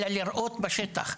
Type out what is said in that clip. אלא לראות בשטח,